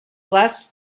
less